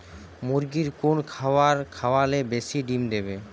মুরগির কোন খাবার খাওয়ালে বেশি ডিম দেবে?